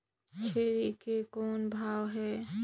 छेरी के कौन भाव हे?